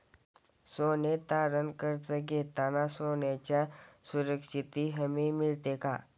सोने तारण कर्ज घेताना सोन्याच्या सुरक्षेची हमी मिळते का?